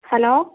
hello